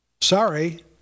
Sorry